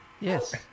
Yes